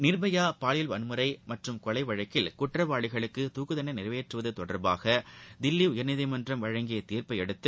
நிர்பயா பாலியல் வன்முறை மற்றும் கொலை வழக்கில் குற்றவாளிகளுக்கு தூக்குத் தண்டணை நிறைவேற்றுவது தொடர்பாக தில்லி உயர்நீதிமன்றம் வழங்கிய தீர்ப்பை அடுத்து